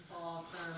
Awesome